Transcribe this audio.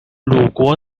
鲁国